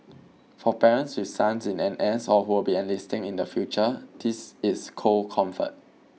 for parents with sons in N S or who will be enlisting in the future this is cold comfort